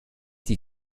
die